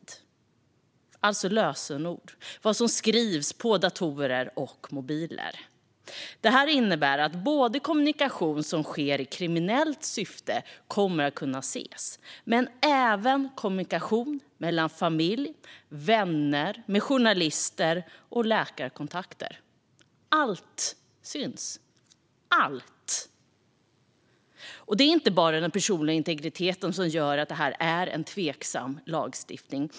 Det handlar om lösenord och vad som skrivs på datorer och mobiler. Det här innebär att kommunikation som sker i kriminellt syfte kommer att kunna ses, men även kommunikation inom familjen, med vänner, med journalister och med läkare. Allt syns. Men det är inte bara den personliga integriteten som gör att det här är en tveksam lagstiftning.